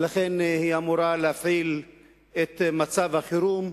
ולכן היא אמורה להפעיל את מצב החירום?